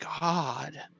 god